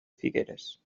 figueres